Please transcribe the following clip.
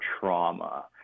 trauma